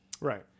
Right